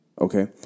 Okay